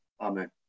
Amen